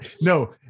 No